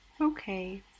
Okay